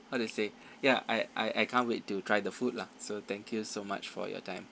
how to say ya I I I can't wait to try the food lah so thank you so much for your time